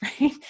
right